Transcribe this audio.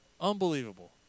Unbelievable